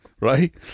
right